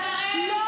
כל הכבוד לך.